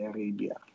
Arabia